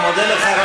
אני מודה לך.